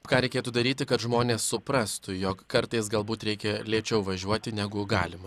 ką reikėtų daryti kad žmonės suprastų jog kartais galbūt reikia lėčiau važiuoti negu galima